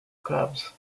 cubs